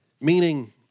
meaning